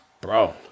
bro